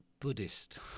Buddhist